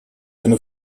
eine